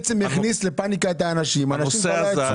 היא הכניסה את האנשים לפאניקה.